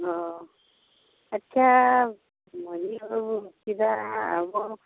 ᱟᱪᱪᱷᱟ ᱢᱟᱺᱡᱷᱤ ᱵᱟᱵᱚ ᱠᱮᱫᱟ ᱟᱵᱚ